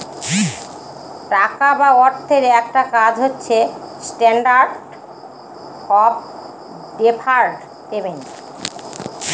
টাকা বা অর্থের একটা কাজ হচ্ছে স্ট্যান্ডার্ড অফ ডেফার্ড পেমেন্ট